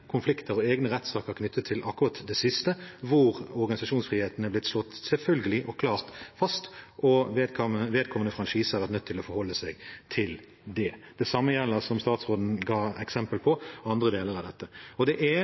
konflikter og egne rettssaker knyttet til akkurat det siste, der organisasjonsfriheten er blitt slått selvfølgelig og klart fast, og vedkommende franchise har vært nødt til å forholde seg til det. Det samme gjelder, som statsråden ga eksempler på, andre deler av dette. Det er også viktig i dette tilfellet å minne om at dette er